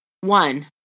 one